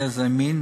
גזע ומין,